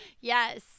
Yes